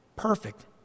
perfect